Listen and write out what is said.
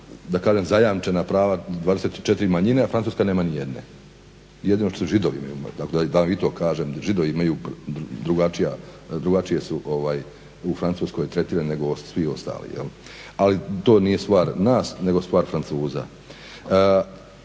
Ustavom zajamčena prava, 24 manjine, a Francuska nema nijedne. Jedino što Židovi imaju manjinu, da i to kažem da Židovi imaju, drugačije su u Francuskoj tretirani nego svi ostali. Ali to nije stvar nas nego stvar Francuza.